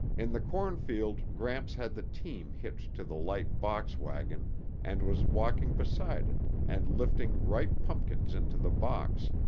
in the corn field gramps had the team hitched to the light box wagon and was walking beside it and lifting ripe pumpkins into the box,